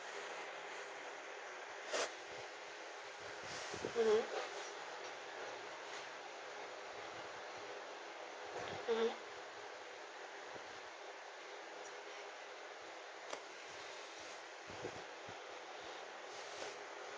mmhmm mmhmm